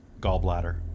Gallbladder